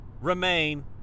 remain